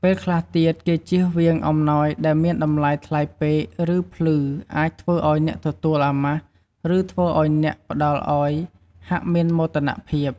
ពេលខ្លះទៀតគេជៀសវាងអំណោយដែលមានតម្លៃថ្លៃពេក ឬភ្លឺអាចធ្វើឲ្យអ្នកទទួលអាម៉ាស់ ឬធ្វើឲ្យអ្នកផ្តល់ឲ្យហាក់មានមោទនភាព។